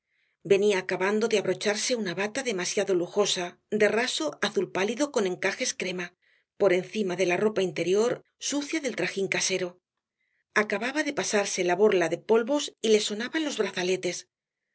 venía acabando de abrocharse una bata demasiado lujosa de raso azul pálido con encajes crema por encima de la ropa interior sucia del trajín casero acababa de pasarse la borla de polvos y le sonaban los brazaletes